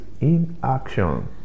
inaction